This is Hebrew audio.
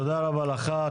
תודה רבה לך,